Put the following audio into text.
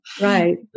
right